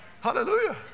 Hallelujah